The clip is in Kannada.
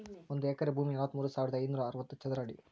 ಒಂದು ಎಕರೆ ಭೂಮಿ ನಲವತ್ಮೂರು ಸಾವಿರದ ಐನೂರ ಅರವತ್ತು ಚದರ ಅಡಿ